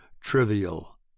trivial